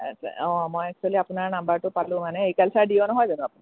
অ মই একচুয়েলি আপোনাৰ নাম্বাৰটো পালোঁ মানে এগ্ৰিকালচাৰ ডি অ' নহয় জানো আপুনি